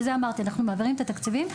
אמרתי, אנחנו מעבירים את התקציבים.